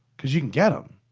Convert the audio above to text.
because you can get them!